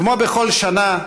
כמו בכל שנה,